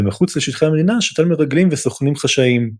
ומחוץ לשטחי המדינה שתל מרגלים וסוכנים חשאיים.